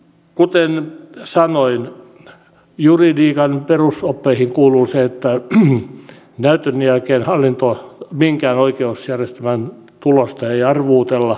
kuten sanoin juridiikan perusoppeihin kuuluu se että näytön jälkeen minkään oikeusjärjestelmän tulosta ei arvuutella